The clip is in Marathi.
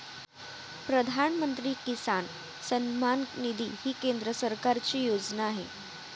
प्रधानमंत्री किसान सन्मान निधी ही केंद्र सरकारची योजना आहे